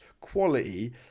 quality